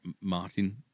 Martin